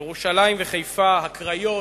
ירושלים וחיפה, הקריות,